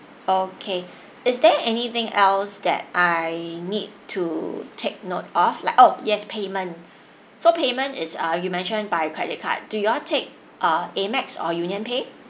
okay is there anything else that I need to take note of like oh yes payment so payment is uh you mentioned by credit card do you all take ah AMEX or unionpay